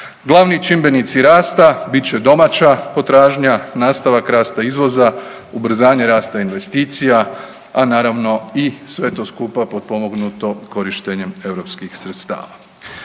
Glavni čimbenici rasta bit će domaća potražnja, nastavak rasta izvoza, ubrzanje rasta investicija, a naravno i sve to skupa potpomognuto korištenjem EU sredstava.